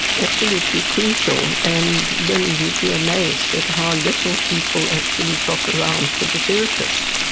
absolutely crucial. and lynne, you'd be amazed at how little people actually shop around for the therapist,